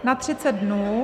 Na 30 dnů.